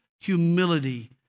humility